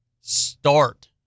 start